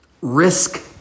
Risk